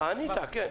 ענית, כן.